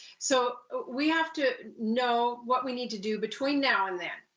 so, we have to know what we need to do between now and then.